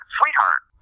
sweetheart